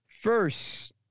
First